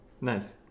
Nice